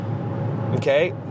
Okay